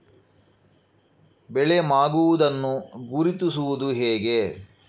ಬೆಳೆ ಮಾಗುವುದನ್ನು ಗುರುತಿಸುವುದು ಹೇಗೆ?